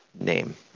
name